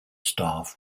staff